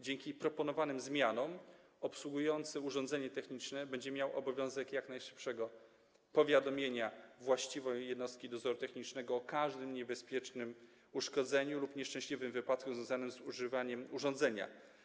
Dzięki proponowanym zmianom obsługujący urządzenie techniczne będzie miał obowiązek jak najszybszego powiadomienia właściwej jednostki dozoru technicznego o każdym niebezpiecznym uszkodzeniu lub nieszczęśliwym wypadku związanym z używaniem urządzenia.